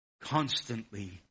constantly